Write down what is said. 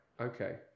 Okay